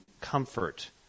comfort